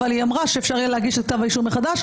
אבל היא אמרה שאפשר יהיה להגיש את כתב האישום מחדש.